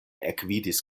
ekvidis